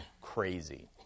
crazy